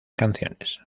canciones